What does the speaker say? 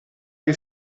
che